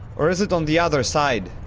or is it on the other side?